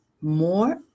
more